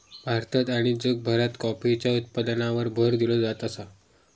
भारतात आणि जगभरात कॉफीच्या उत्पादनावर भर दिलो जात आसा